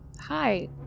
Hi